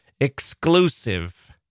Exclusive